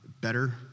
better